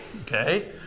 Okay